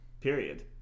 period